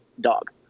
dog